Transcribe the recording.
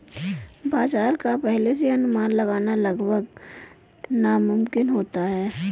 बाजार का पहले से अनुमान लगाना लगभग नामुमकिन होता है